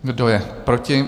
Kdo je proti?